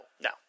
no